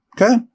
Okay